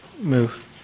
Move